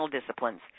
disciplines